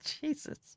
Jesus